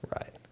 Right